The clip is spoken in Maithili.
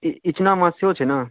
ई इचना माँछ सेहो छै ने